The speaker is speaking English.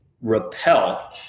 repel